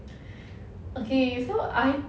okay so I